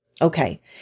Okay